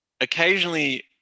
Occasionally